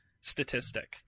statistic